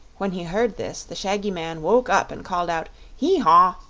when he heard this the shaggy man woke up and called out hee-haw!